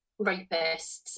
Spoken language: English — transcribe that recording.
rapists